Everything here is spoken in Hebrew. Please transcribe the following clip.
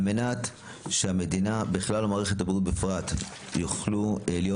על מנת שהמדינה בכלל ומערכת הבריאות בפרט יוכלו להיות